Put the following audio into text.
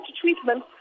treatment